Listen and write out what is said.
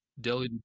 Delhi